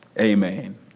amen